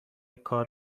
کار